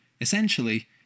Essentially